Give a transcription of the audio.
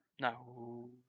No